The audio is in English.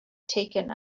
taken